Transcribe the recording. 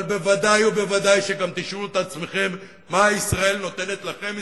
אבל בוודאי ובוודאי גם תשאלו את עצמכם מה ישראל נותנת לכם,